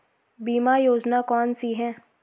बीमा योजना कौन कौनसी हैं?